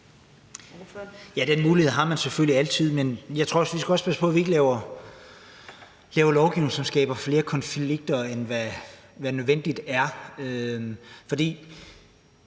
den mulighed har man selvfølgelig altid, men jeg tror også, at vi skal passe på, at vi ikke laver lovgivning, som skaber flere konflikter, end hvad nødvendigt er.